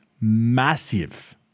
massive